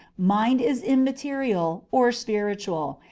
mind is immaterial, or spiritual,